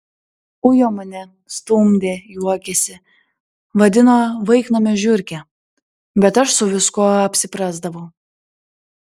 ujo mane stumdė juokėsi vadino vaiknamio žiurke bet aš su viskuo apsiprasdavau